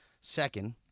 Second